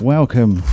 Welcome